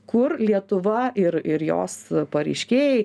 kur lietuva ir ir jos pareiškėjai